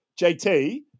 JT